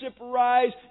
rise